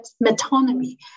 metonymy